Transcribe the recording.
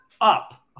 up